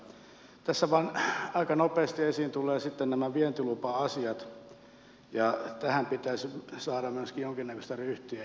tässä vain aika nopeasti esiin tulevat sitten nämä vientilupa asiat ja tähän pitäisi saada myöskin jonkinnäköistä ryhtiä